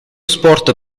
sport